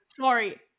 sorry